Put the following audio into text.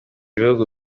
ibihugu